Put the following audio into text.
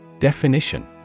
Definition